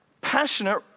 passionate